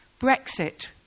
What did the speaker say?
Brexit